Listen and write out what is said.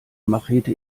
machete